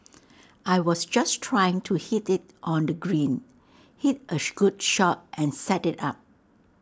I was just trying to hit IT on the green hit A good shot and set IT up